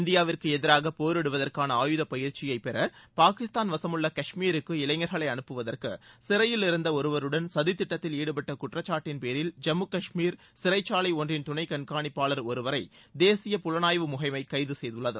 இந்தியாவிற்கு எதிராக போரிடுவதற்கான ஆயுதப்பயிற்சியை பெற பாகிஸ்தான் வசமுள்ள காஷ்மீருக்கு இளைஞர்களை அனுப்புவதற்கு சிறையிலிருந்த ஒருவருடன் சதிதிட்டத்தில் ஈடுபட்ட குற்றச்சாட்டின் பேரில் ஜம்முகாஷ்மீர் சிறைச்சாலை ஒன்றின் துணை கண்காணிப்பாளர் ஒருவரை தேசிய புலணாய்வு முகமை கைது செய்துள்ளது